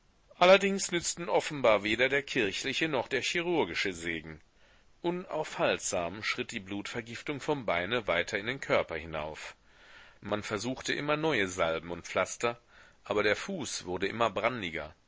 allerdings nützten offenbar weder der kirchliche noch der chirurgische segen unaufhaltsam schritt die blutvergiftung vom beine weiter in den körper hinauf man versuchte immer neue salben und pflaster aber der fuß wurde immer